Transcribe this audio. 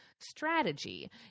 strategy